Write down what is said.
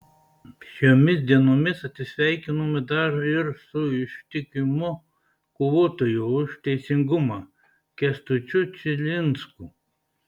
šiomis dienomis atsisveikinome dar ir su ištikimu kovotoju už teisingumą kęstučiu čilinsku